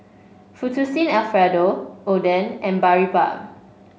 Fettuccine Alfredo Oden and Boribap